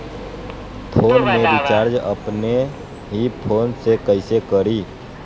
Phone में recharge अपने ही फ़ोन से कईसे करी?